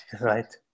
Right